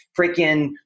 freaking